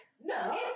No